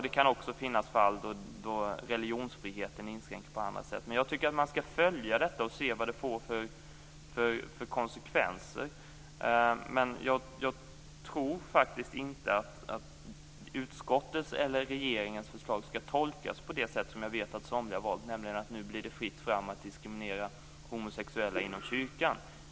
Det kan också finnas fall då religionsfriheten inskränker på andra sätt. Jag tycker att man skall följa detta och se vad det får för konsekvenser. Jag tror faktiskt inte att utskottets eller regeringens förslag skall tolkas på det sätt som jag vet att somliga har valt, nämligen att det nu blir fritt fram att diskriminera homosexuella inom kyrkan.